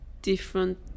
different